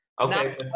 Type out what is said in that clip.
Okay